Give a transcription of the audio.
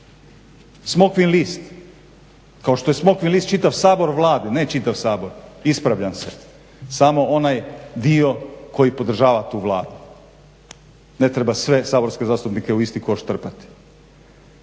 smokvin list kao što je smokvin list čitav Sabor. Ne čitav Sabor, ispravljam se, samo onaj dio koji podržava tu Vladu. Ne treba sve saborske zastupnike u isti koš trpati.